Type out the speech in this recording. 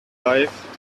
life